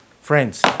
friends